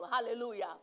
Hallelujah